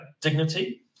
dignity